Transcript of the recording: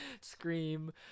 scream